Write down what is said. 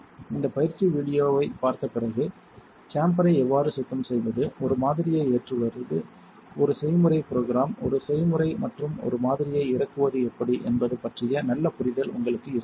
இந்த பயிற்சி வீடியோவைப் பார்த்த பிறகு சேம்பரை எவ்வாறு சுத்தம் செய்வது ஒரு மாதிரியை ஏற்றுவது ஒரு செய்முறை ப்ரொக்ராம் ஒரு செய்முறை மற்றும் ஒரு மாதிரியை இறக்குவது எப்படி என்பது பற்றிய நல்ல புரிதல் உங்களுக்கு இருக்க வேண்டும்